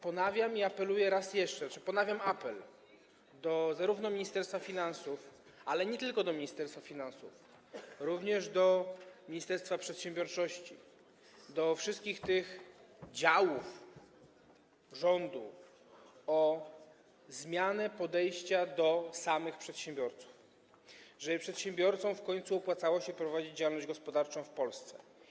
Ponawiam apel, apeluję raz jeszcze do Ministerstwa Finansów, ale nie tylko do Ministerstwa Finansów, również do ministerstwa przedsiębiorczości, do wszystkich tych działów rządu, o zmianę podejścia do samych przedsiębiorców, tak żeby przedsiębiorcom w końcu opłacało się prowadzić działalność gospodarczą w Polsce.